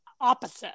opposite